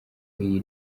iyi